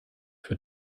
für